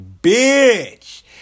bitch